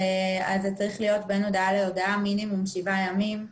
צריך להיות בין הודעה להודעה מינימום שבעה ימים כי